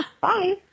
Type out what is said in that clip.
Bye